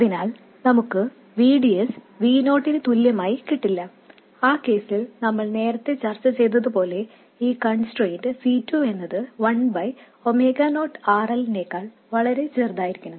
അതിനാൽ നമുക്ക് VDS V0നു തുല്യമായി കിട്ടില്ല ആ കേസിൽ നമ്മൾ നേരത്തെ ചർച്ചചെയ്തപോലെ ഈ കൺസ്ട്രെയിന്റ് C2 എന്നത് 1 0RL നേക്കാൾ വളരെ വലുതായിരിക്കണം